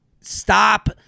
stop